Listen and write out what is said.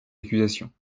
accusations